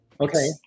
okay